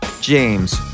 James